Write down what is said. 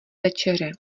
večeře